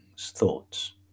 thoughts